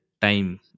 time